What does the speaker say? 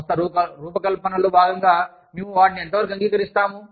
సంస్థ రూపకల్పనలో భాగంగా మేము వాటిని ఎంతవరకు అంగీకరిస్తాము